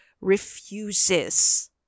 refuses